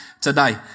today